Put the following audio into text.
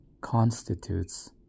constitutes